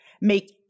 make